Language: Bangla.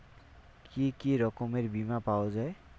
কি কি রকমের বিমা পাওয়া য়ায়?